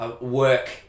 work